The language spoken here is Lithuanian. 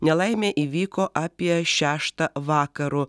nelaimė įvyko apie šeštą vakaro